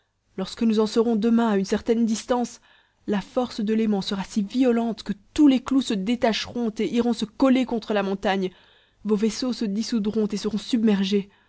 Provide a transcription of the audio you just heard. lorsque nous en serons demain à une certaine distance la force de l'aimant sera si violente que tous les clous se détacheront et iront se coller contre la montagne vos vaisseaux se dissoudront et seront submergés